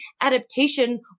Adaptation